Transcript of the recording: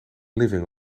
living